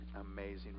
amazing